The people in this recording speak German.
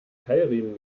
keilriemen